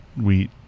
Wheat